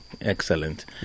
excellent